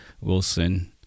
Wilson